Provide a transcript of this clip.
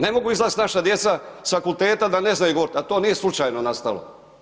Ne mogu izlazit naša djeca sa fakulteta da ne znaju govoriti a to nije slučajno nastalo.